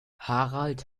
harald